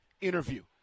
interview